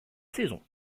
saison